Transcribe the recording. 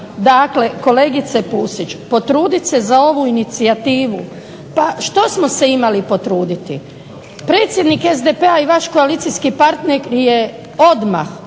Dakle, kolegice Pusić potruditi se za ovu inicijativu. Pa što smo se imali potruditi? Predsjednik SDP-a i vaš koalicijski partner je odmah,